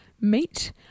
meat